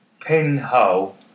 pinhole